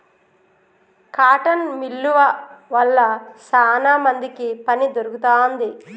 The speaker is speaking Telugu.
కాటన్ మిల్లువ వల్ల శానా మందికి పని దొరుకుతాంది